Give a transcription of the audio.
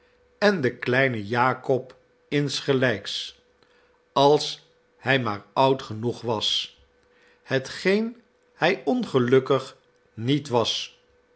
en de kleine jakob insgelijks als hij maar oud genoeg was hetgeen hij ongelukkig niet was